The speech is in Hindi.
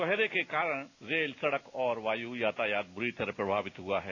कोहरे के कारण रेल सड़क और वायू यातायात बुरी तरह प्रभावित हुआ है